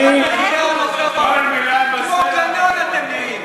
כמו גנון אתם נראים.